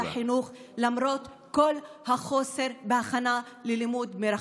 החינוך למרות כל החוסר בהכנה ללימוד מרחוק.